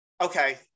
okay